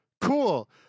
cool